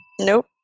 Nope